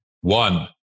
one